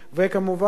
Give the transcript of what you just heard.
וכמובן,